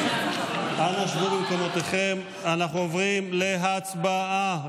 אנא שבו במקומותיכם, אנחנו עוברים להצבעה.